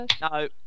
No